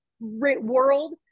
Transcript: world